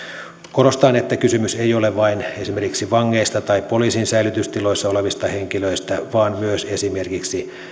korostan että kysymys ei ole vain esimerkiksi vangeista tai poliisin säilytystiloissa olevista henkilöistä vaan myös esimerkiksi